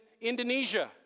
Indonesia